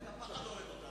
רק הפחד הורג אותנו.